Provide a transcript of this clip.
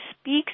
speaks